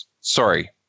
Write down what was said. Sorry